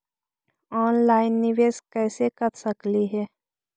Online निबेस कैसे कर सकली हे?